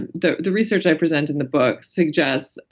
and the the research i present in the book suggests,